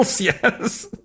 yes